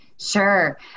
Sure